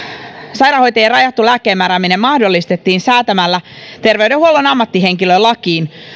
sairaanhoitajien rajattu lääkkeenmäärääminen mahdollistettiin säätämällä terveydenhuollon ammattihenkilölakiin